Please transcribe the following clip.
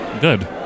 Good